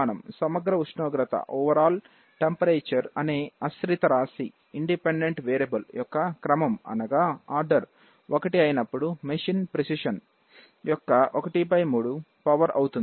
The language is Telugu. సమగ్ర ఉష్ణోగ్రత అనే ఆశ్రితరాశి యొక్క క్రమం 1 అయినప్పుడు మేషీన్ ప్రిసిషన్ యొక్క 13 పవర్ అవుతుంది